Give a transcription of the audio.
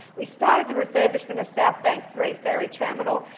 we started the refurbishment of south bank three ferry terminal,